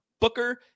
Booker